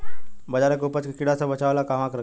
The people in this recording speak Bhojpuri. बाजरा के उपज के कीड़ा से बचाव ला कहवा रखीं?